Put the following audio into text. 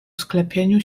sklepieniu